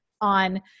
on